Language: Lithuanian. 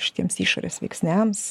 šitiems išorės veiksniams